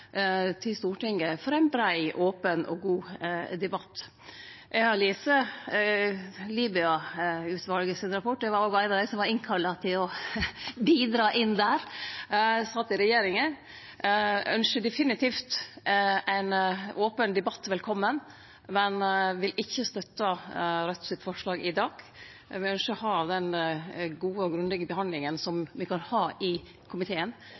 til Stortinget for ein brei, open og god debatt. Eg har lese rapporten til Libya-utvalet. Eg var òg ein av dei som vart innkalla til å bidra. Eg sat i regjeringa. Eg ynskjer definitivt ein open debatt velkommen, men vil ikkje støtte forslaget til Raudt i dag. Eg ynskjer å ha den gode og grundige behandlinga me kan ha i komiteen